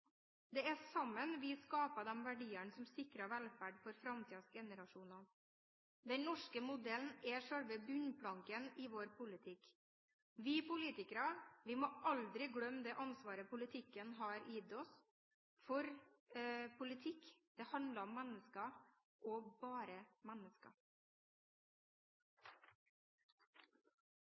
Det er sammen vi skaper verdiene som sikrer velferd for framtidas generasjoner. Den norske modellen er selve bunnplanken i vår politikk. Vi politikere må aldri glemme det ansvaret politikken har gitt oss, for politikk handler om mennesker – og bare mennesker.